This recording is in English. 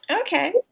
Okay